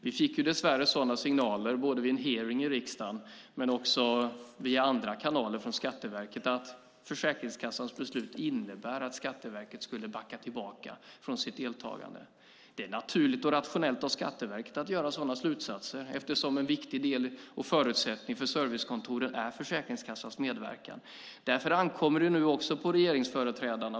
Vi fick dess värre sådana signaler vid en hearing i riksdagen men också via andra kanaler, från Skatteverket, om att Försäkringskassans beslut innebär att Skatteverket skulle backa tillbaka från sitt deltagande. Det är naturligt och rationellt av Skatteverket att dra sådana slutsatser, eftersom en viktig del och förutsättning för servicekontoren är Försäkringskassans medverkan. Därför ankommer det nu också på regeringsföreträdarna att svara på den här frågan.